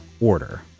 order